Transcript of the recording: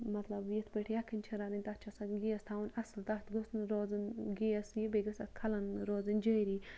مَطلَب یِتھ پٲٹھۍ یَکھٕنۍ چھِ رَنٕنۍ تَتھ چھُ آسان گیس تھاوُن اَصل تَتھ گوٚژھ نہٕ روزُن گیس یہِ بیٚیہِ گٔژھ تَتھ کھَلَن روزٕنۍ جٲری